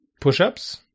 push-ups